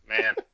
Man